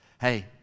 Hey